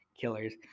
Killers